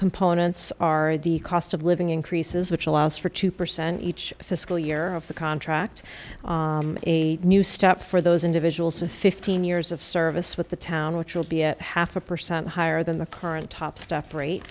components are the cost of living increases which allows for two percent each fiscal year of the contract a new step for those individuals with fifteen years of service with the town which will be at half a percent higher than the current top stuff rate